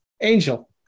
Angel